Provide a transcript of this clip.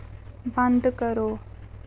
बंद करो